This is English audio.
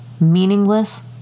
Meaningless